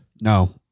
No